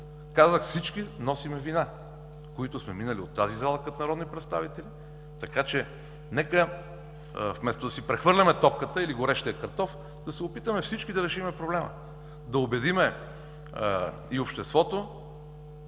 Казах: всички носим вина, тези които сме минали от тази зала като народни представители. Така че вместо да си прехвърляме топката или горещия картоф, да се опитаме всички да решим проблема, да убедим и обществото,